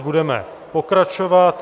Budeme pokračovat.